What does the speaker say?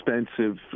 expensive